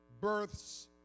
births